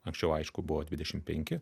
anksčiau aišku buvo dvidešim penki